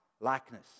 likeness